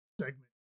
segment